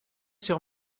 sur